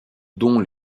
dont